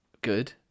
Good